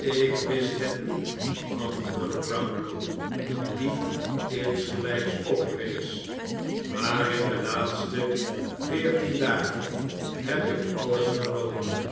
ik wist het nie t antwoordde brownlow die insgelijks oprees maar in de laatste veertien dagen heb ik alles vernomen